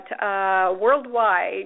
worldwide